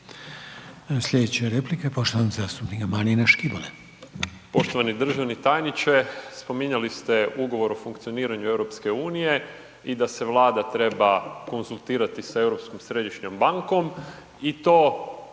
Sljedeće replike poštovanog zastupnika Marina Škibole.